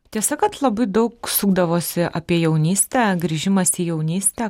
tiesa kad labai daug sukdavosi apie jaunystę grįžimas į jaunystę